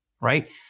right